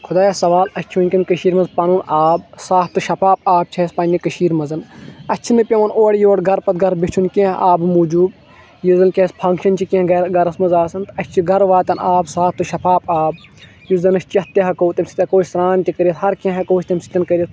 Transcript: خٔدایَس حوال اَسہِ چھُ وُنکیٚن کٔشیٖرِ منٛز پَنُن آب صاف تہٕ شَفاف آب چھِ اَسہِ پَنٕنہِ کٔشیٖرِ منٛز اَسہِ چھُنہٕ پیٚوان اورٕ یور گَرٕ پَتہٕ گَرٕ بیٚچُھن کیٚنٛہہ آبہٕ موٗجوٗب ییٚلہِ زَن کہِ اَسہِ فَنکشَن چھِ کیٚنٛہہ گَرٕ گَرَس منٛز آسان تہٕ اَسہِ چھِ گَرٕ واتان آب صاف تہٕ شَفاف آب یُس زن أسۍ چیٚتھ تہِ ہیٚکو تَمہِ سٍتۍ ہیٚکو أسۍ سَران تہِ کٔرِتھ ہَر کیٚنٛہہ ہیٚکو أسۍ تَمہِ سٍتۍ کٔرِتھ